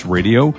Radio